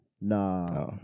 Nah